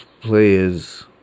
players